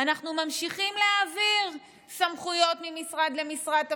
אנחנו ממשיכים להעביר סמכויות ממשרד למשרד,